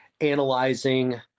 analyzing